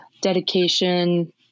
dedication